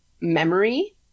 memory